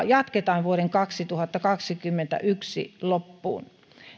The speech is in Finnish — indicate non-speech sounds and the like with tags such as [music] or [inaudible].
[unintelligible] jatketaan vuoden kaksituhattakaksikymmentäyksi loppuun